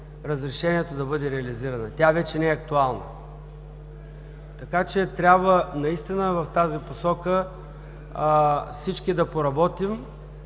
разрешението да бъде реализирана. Тя вече не е актуална. Така че трябва наистина в тази посока всички да поработим